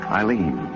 Eileen